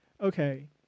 Okay